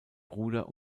bruder